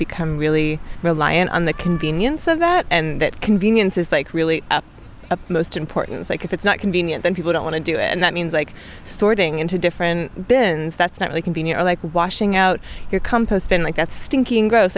become really reliant on the convenience of that and that convenience is like really most important like if it's not convenient then people don't want to do it and that means like sorting into different bins that's not really convenient like washing out your company spend like that stinking gross